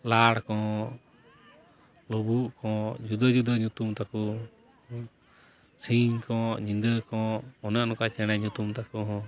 ᱞᱟᱲ ᱠᱚᱸᱜ ᱞᱩᱵᱩᱜ ᱠᱚᱸᱜ ᱡᱩᱫᱟᱹ ᱡᱩᱫᱟᱹ ᱧᱩᱛᱩᱢ ᱛᱟᱠᱚ ᱥᱤᱧ ᱠᱚᱸᱜ ᱧᱤᱫᱟᱹ ᱠᱚᱸᱜ ᱚᱱᱮ ᱚᱱᱠᱟ ᱪᱮᱬᱮ ᱧᱩᱛᱩᱢ ᱛᱟᱠᱚ ᱦᱚᱸ